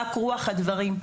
רק רוח הדברים.